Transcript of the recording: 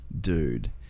dude